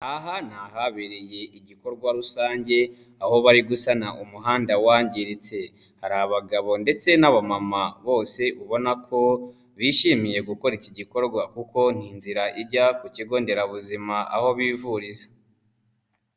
Aha ni ahabereye igikorwa rusange aho bari gusana umuhanda wangiritse, hari abagabo ndetse n'abamama bose ubona ko bishimiye gukora iki gikorwa kuko ni inzira ijya ku kigo nderabuzima aho bivuriza.